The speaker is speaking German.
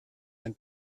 ein